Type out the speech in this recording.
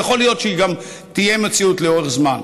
ויכול להיות שהיא תהיה מציאות גם לאורך זמן.